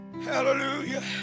hallelujah